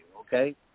okay